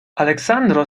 aleksandro